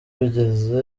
bigeze